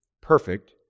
perfect